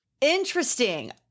Interesting